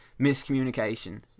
miscommunication